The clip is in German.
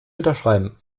unterschreiben